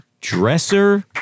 Dresser